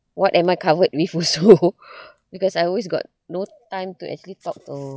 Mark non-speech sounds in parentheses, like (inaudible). what am I covered with also (laughs) (breath) because I always got no time to actually talk to